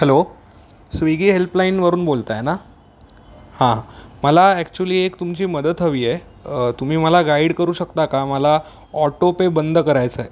hello Swiggy हेल्पलाईनवरून बोलत आहे ना हा मला ॲक्च्युली एक तुमची मदत हवी आहे तुम्ही मला गाईड करू शकता का मला ऑटोपे बंद करायचं आहे